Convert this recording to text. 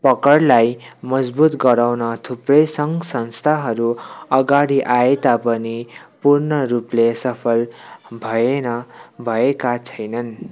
पकडलाई मजबुत गराउन थुप्रै सङ्घ संस्थाहरू अगाडि आए तापनि पूर्ण रूपले सफल भएन भएका छैनन्